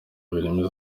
birimo